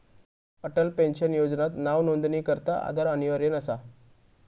Atal pension योजनात नावनोंदणीकरता आधार अनिवार्य नसा